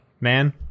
man